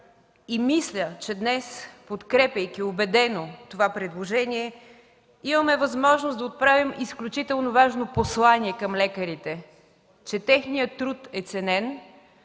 и мисля, че днес, подкрепяйки убедено това предложение, имаме възможност да отправим изключително важно послание към лекарите – че техният труд е ценен,